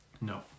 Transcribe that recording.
No